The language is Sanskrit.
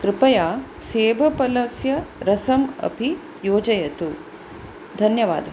कृपया सेबफलस्य रसम् अपि योजयतु धन्यवादः